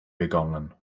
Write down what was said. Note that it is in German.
begonnen